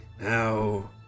Now